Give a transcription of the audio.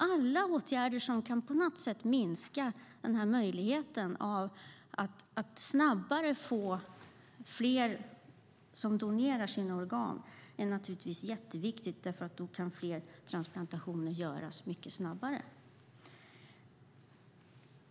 Alla åtgärder som på något sätt kan öka möjligheten att fler donerar sina organ är naturligtvis jätteviktiga, för då kan fler transplantationer göras mycket snabbare.